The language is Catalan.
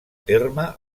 terme